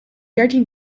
dertien